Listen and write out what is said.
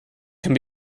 can